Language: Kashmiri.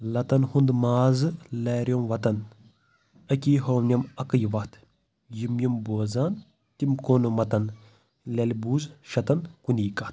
لَتَن ہُنٛد مازٕ لیروم وَتَن أکی ہونٮ۪م اَکٕے وَتھ یِم یِم بوزان تِم کوٚنہٕ مَتَن لٮ۪لہِ بوٗز شَتَن کُنی کَتھ